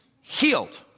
Healed